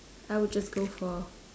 I would just go for